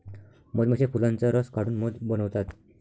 मधमाश्या फुलांचा रस काढून मध बनवतात